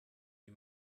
wie